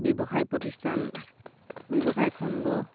ব্যৱসায় প্ৰতিষ্ঠান ব্যৱসায়খন